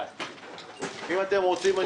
אם אתם רוצים,